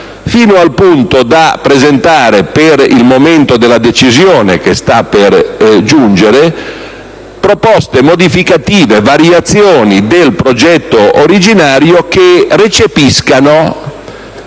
fino al punto di presentare, per il momento della decisione che sta per giungere, proposte modificative, variazioni del progetto originario che recepiscano